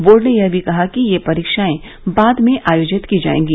board ने यह भी कहा है कि ये परीक्षाएं बाद में आयोजित की जाएंगी